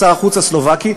שר החוץ הסלובקי,